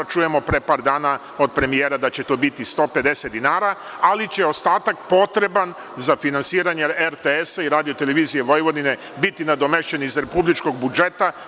Čujemo pre par dana od premijera da će to biti 150 dinara, ali će ostatak potreban za finansiranje RTS-a i RTV-a biti nadomešćeni iz republičkog budžeta.